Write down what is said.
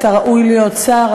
אתה ראוי להיות שר,